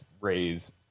raise